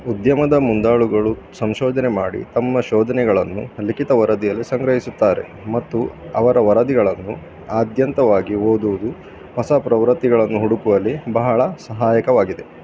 ಉದ್ಯಮದ ಮುಂದಾಳುಗಳು ಸಂಶೋಧನೆ ಮಾಡಿ ತಮ್ಮ ಶೋಧನೆಗಳನ್ನು ಲಿಖಿತ ವರದಿಯಲ್ಲಿ ಸಂಗ್ರಹಿಸುತ್ತಾರೆ ಮತ್ತು ಅವರ ವರದಿಗಳನ್ನು ಆದ್ಯಂತವಾಗಿ ಓದುವುದು ಹೊಸ ಪ್ರವೃತ್ತಿಗಳನ್ನು ಹುಡುಕುವಲ್ಲಿ ಬಹಳ ಸಹಾಯಕವಾಗಿದೆ